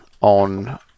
on